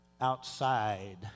outside